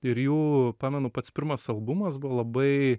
ir jų pamenu pats pirmas albumas buvo labai